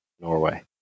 Norway